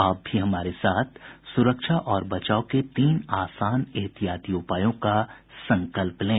आप भी हमारे साथ सुरक्षा और बचाव के तीन आसान एहतियाती उपायों का संकल्प लें